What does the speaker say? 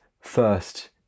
first